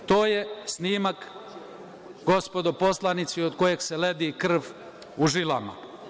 To je snimak, gospodo poslanici, od kojeg se ledi krv u žilama.